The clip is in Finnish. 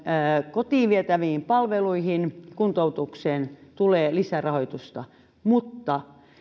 kotiin vietäviin palveluihin ja kuntoutukseen tulee lisärahoitusta mutta